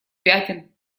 пятен